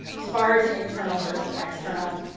as far as internal versus external,